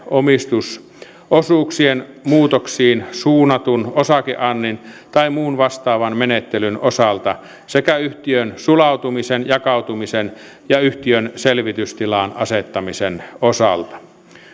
omistusosuuksien muutoksiin suunnatun osakeannin tai muun vastaavan menettelyn osalta sekä yhtiön sulautumisen jakautumisen ja yhtiön selvitystilaan asettamisen osalta